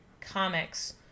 comics